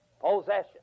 Possession